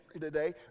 today